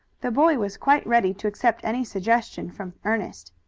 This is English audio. the boy was quite ready to accept any suggestion from ernest.